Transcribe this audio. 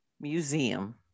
Museum